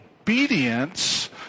obedience